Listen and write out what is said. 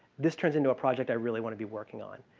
this turns into a project i really want to be working on.